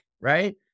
right